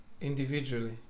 individually